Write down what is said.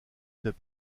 fait